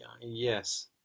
yes